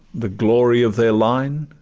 the glory of their line.